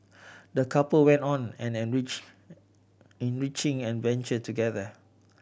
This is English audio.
the couple went on an enrich enriching adventure together